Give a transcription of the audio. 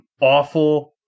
awful